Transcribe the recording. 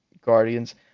Guardians